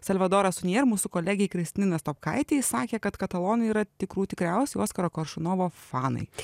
salvadoras sunier mūsų kolegei kristinai nastopkaitei sakė kad katalonai yra tikrų tikriausi oskaro koršunovofanai